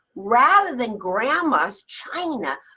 rather than grandmother's china,